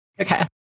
Okay